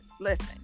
listen